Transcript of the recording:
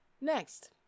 Next